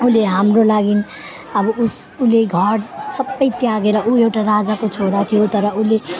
उसले हाम्रो लागि अब उस उसले घर सबै त्यागेर ऊ एउटा राजाको छोरा थियो तर उसले